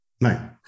Right